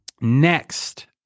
Next